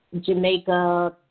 Jamaica